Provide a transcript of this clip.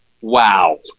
wow